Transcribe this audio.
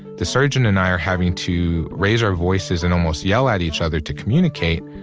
the surgeon and i are having to raise our voices and almost yell at each other to communicate,